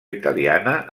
italiana